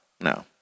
no